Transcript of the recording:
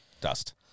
dust